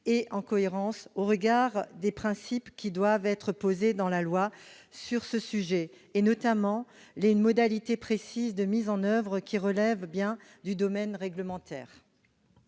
et en cohérence, au regard des principes qui doivent être posés dans la loi sur ce sujet, notamment les modalités précises de mise en oeuvre, qui relèvent bien du domaine réglementaire.